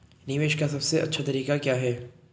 निवेश का सबसे अच्छा तरीका क्या है?